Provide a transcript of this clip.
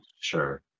Sure